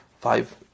five